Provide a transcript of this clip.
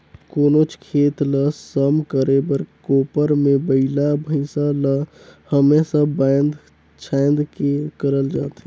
कोनोच खेत ल सम करे बर कोपर मे बइला भइसा ल हमेसा बाएध छाएद के करल जाथे